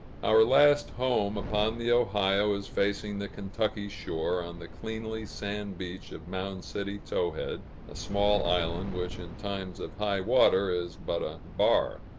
our last home upon the ohio is facing the kentucky shore, on the cleanly sand-beach of mound city towhead, a small island which in times of high water is but a bar.